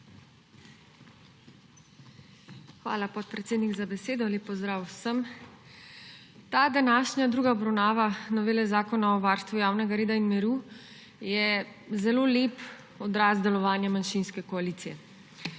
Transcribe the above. Hvala, podpredsednik, za besedo. Lep pozdrav vsem! Ta današnja druga obravnava novele Zakona o varstvu javnega reda in miru je zelo lep odraz delovanja manjšinske koalicije.